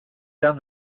done